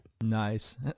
Nice